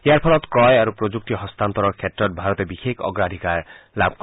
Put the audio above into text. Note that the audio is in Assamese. ইয়াৰ ফলত ক্ৰয় আৰু প্ৰযুক্তি হস্তান্তৰৰ ক্ষেত্ৰত ভাৰতে বিশেষ অগ্ৰাধিকাৰ লাভ কৰিব